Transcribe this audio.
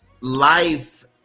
life